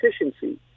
efficiency